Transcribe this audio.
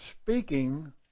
speaking